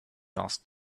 asked